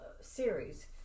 series